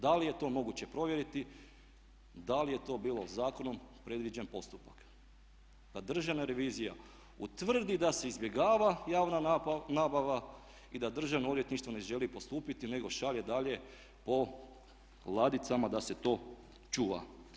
Da li je to moguće provjeriti, da li je to bio zakonom predviđen postupak da državna revizija utvrdi da se izbjegava javna nabava i da državno odvjetništvo ne želi postupiti nego šalje dalje po ladicama da se to čuva?